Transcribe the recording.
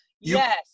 Yes